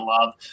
love